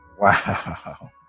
wow